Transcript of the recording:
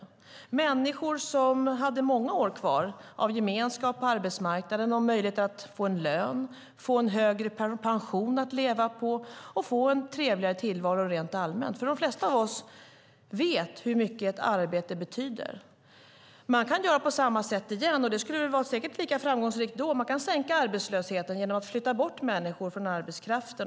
Det var människor som hade många år kvar av gemenskap på arbetsmarknaden med möjlighet att få lön, en högre pension att leva på och en trevligare tillvaro rent allmänt. De flesta av oss vet hur mycket ett arbete betyder. Man kan göra på samma sätt igen, och det skulle säkert vara lika framgångsrikt. Man kan sänka arbetslösheten genom att flytta bort människor från arbetskraften.